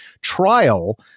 trial